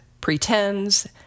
pretends